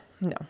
no